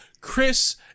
Chris